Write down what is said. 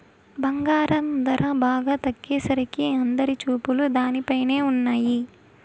బంగారం ధర బాగా తగ్గేసరికి అందరి చూపులు దానిపైనే ఉన్నయ్యి